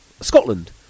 Scotland